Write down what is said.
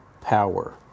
power